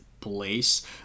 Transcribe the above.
place